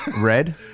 Red